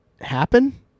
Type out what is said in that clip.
happen